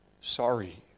sorry